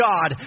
God